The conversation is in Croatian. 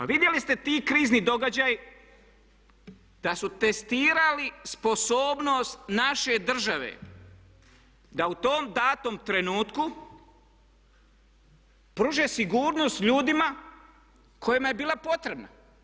Pa vidjeli ste ti krizni događaji da su testirali sposobnost naše države da u tom datom trenutku pruže sigurnost ljudima kojima je bila potrebna.